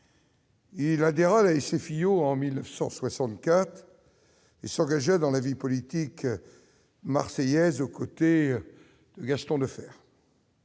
il adhéra à la SFIO en 1964 et s'engagea dans la vie politique marseillaise aux côtés de Gaston Defferre.